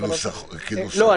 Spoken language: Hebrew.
כנוסחו --- לא,